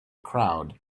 crowd